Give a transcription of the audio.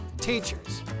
teachers